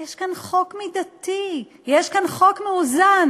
יש כאן חוק מידתי, יש כאן חוק מאוזן.